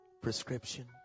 Prescription